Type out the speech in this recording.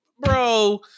Bro